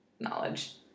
Knowledge